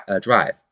drive